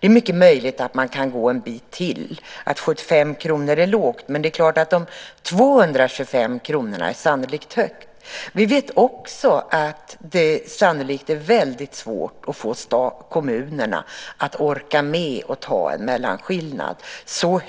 Det är mycket möjligt att man kan gå en bit till och att 75 kr är lågt, men dessa 225 kr är sannolikt högt. Vi vet också att det är väldigt svårt att få kommunerna att orka med att ta mellanskillnaden. Så